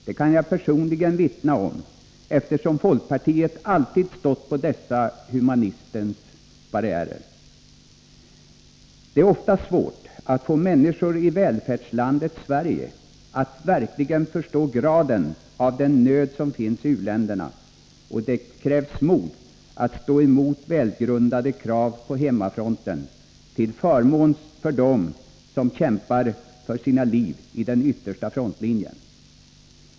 Det kan jag personligen vittna om, eftersom folkpartiet alltid stått på dessa humanismens barrikader. Det är oftast svårt att få människor i välfärdslandet Sverige att verkligen förstå graden av den nöd som finns i u-länderna, och det krävs mod att stå emot välgrundade krav från hemmafronten till förmån för dem som kämpar för sina liv i den yttersta frontlinjen.